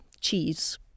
cheese